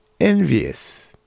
envious